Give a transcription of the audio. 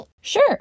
Sure